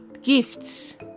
Gifts